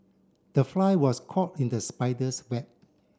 the fly was caught in the spider's web